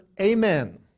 amen